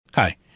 Hi